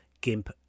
GIMP